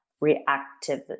reactive